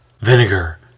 Vinegar